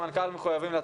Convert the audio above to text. זה בחמישה חודשים,